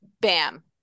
Bam